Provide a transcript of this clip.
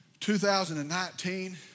2019